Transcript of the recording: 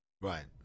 Right